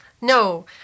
No